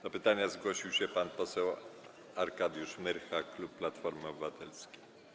Do pytania zgłosił się pan poseł Arkadiusz Myrcha, klub Platformy Obywatelskiej.